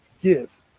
give